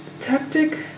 tactic